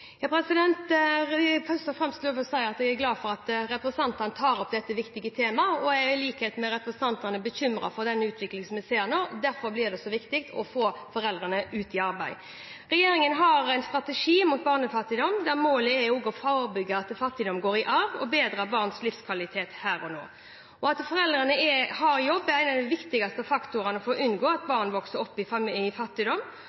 Først og fremst vil jeg få lov til å si at jeg er glad for at representantene tar opp dette viktige temaet. Jeg er i likhet med representantene bekymret for den utviklingen vi ser nå. Derfor blir det så viktig å få foreldrene ut i arbeid. Regjeringen har en strategi mot barnefattigdom, der målet er å forebygge at fattigdom går i arv og å bedre barns livskvalitet her og nå. At foreldrene har jobb, er en av de viktigste faktorene for å unngå at